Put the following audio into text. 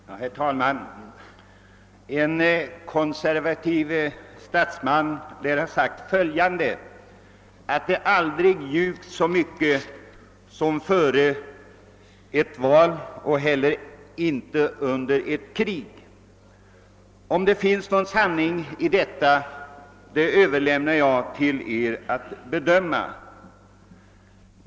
Herr talman! En konservativ statsman lär ha sagt följande: Aldrig ljuges det så mycket som före ett val och under ett krig. Om det finns någon sanning i detta överlämnar jag till er här i kammaren att bedöma.